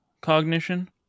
cognition